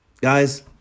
Guys